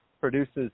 produces